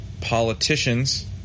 politicians